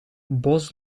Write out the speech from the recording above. bos